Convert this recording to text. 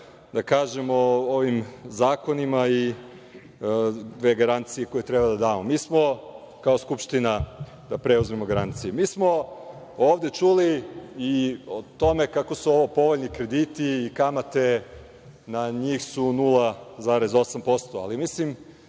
da kažem o ovim zakonima i dve garancije koje treba da damo. Mi smo kao Skupština da preuzmemo garanciju. Mi smo ovde čuli i o tome kako su ovo povoljni krediti i kamate na njih su 0,8%, ali naša